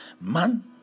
Man